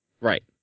Right